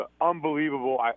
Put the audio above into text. unbelievable